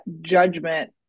judgment